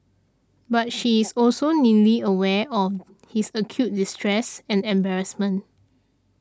but she is also neatly aware of his acute distress and embarrassment